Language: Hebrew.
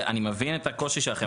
אני מבין את הקושי שלכם,